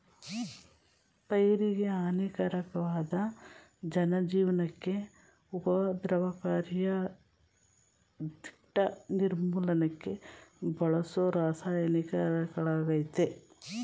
ಪೈರಿಗೆಹಾನಿಕಾರಕ್ವಾದ ಜನಜೀವ್ನಕ್ಕೆ ಉಪದ್ರವಕಾರಿಯಾದ್ಕೀಟ ನಿರ್ಮೂಲನಕ್ಕೆ ಬಳಸೋರಾಸಾಯನಿಕಗಳಾಗಯ್ತೆ